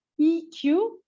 EQ